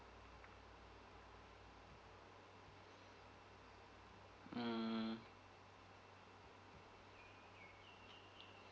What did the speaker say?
mm